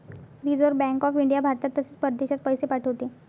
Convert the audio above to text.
reserve Bank of India भारतात तसेच परदेशात पैसे पाठवते